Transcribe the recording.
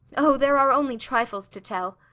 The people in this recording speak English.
oh, there are only trifles to tell.